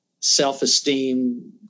Self-esteem